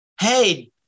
hey